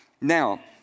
Now